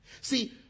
See